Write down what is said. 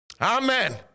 Amen